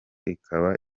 ikaba